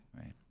Right